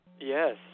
Yes